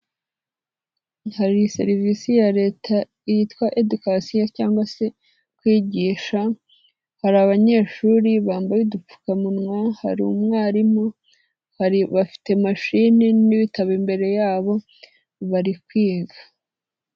Hari serivisi ya leta yitwa edcastion cyangwa se kwigisha hari abanyeshuri bambaye udupfukamunwa hari umwarimu bafite machini n'ibitabo imbere yabo bari kwiga.